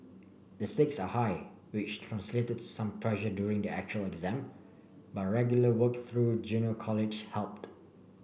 the stakes are high which translated to some pressure during the actual exam but regular work through junior college helped